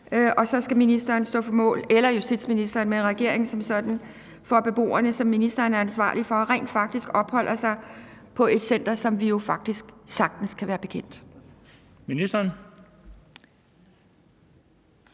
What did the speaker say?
og integrationsministeren eller justitsministeren og regeringen som sådan så skal stå på mål for, at beboerne, som ministeren er ansvarlig for, rent faktisk opholder sig på et center, som vi jo faktisk sagtens kan være bekendt.